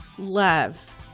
love